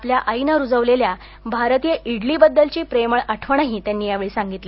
आपल्या आईने रुजवलेल्या भारतीय इडलीबद्दलची प्रेमळ आठवणही त्यांनी यावेळी सांगितली